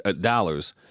dollars